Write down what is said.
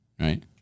Right